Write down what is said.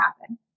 happen